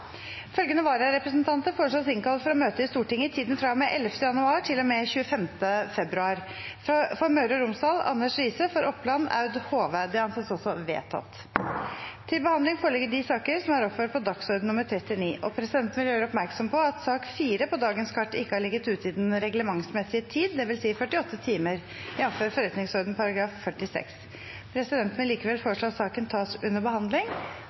Følgende vararepresentanter innkalles for å møte i Stortinget i tiden fra og med 11. januar til og med 25. februar: For Møre og Romsdal: Anders Riise For Oppland: Aud Hove Presidenten vil gjøre oppmerksom på at sak nr. 4 på dagens kart ikke har ligget ute i den reglementsmessige tid, dvs. 48 timer, jf. forretningsordenens § 46. Presidenten vil likevel foreslå at saken tas under behandling.